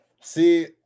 See